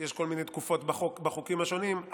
יש כל מיני תקופות בחוקים השונים,